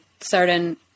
certain